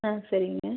ஆ சரிங்க